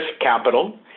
capital